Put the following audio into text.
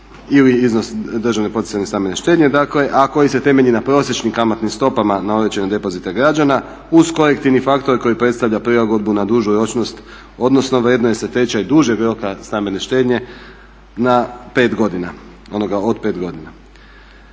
varijabilni depres ili iznos DPS-a, a koji se temelji na prosječnim kamatnim stopama na određene depozite građana uz korektivni faktor koji predstavlja prilagodbu na dužu ročnost odnosno vrednuje se tečaj dužeg roka stambene štednje na pet godina onoga od pet godina.